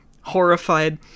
horrified